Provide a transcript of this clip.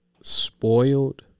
spoiled